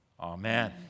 Amen